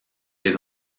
les